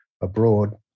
abroad